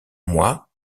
moi